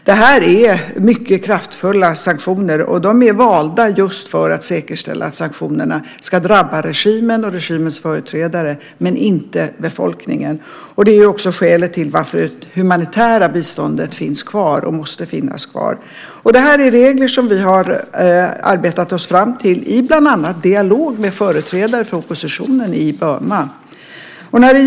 Det här är mycket kraftfulla sanktioner, och de är valda just för att säkerställa att sanktionerna ska drabba regimen och regimens företrädare men inte befolkningen. Det är också skälet till att det humanitära biståndet finns kvar och måste finnas kvar. Det här är regler som vi har arbetat oss fram till bland annat i dialog med företrädare för oppositionen i Burma.